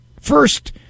First